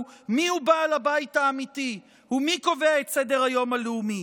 מיהו בעל הבית האמיתי ומי קובע את סדר-היום הלאומי.